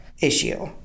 issue